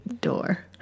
door